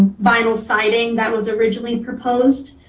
vinyl siding that was originally proposed,